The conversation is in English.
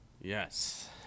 Yes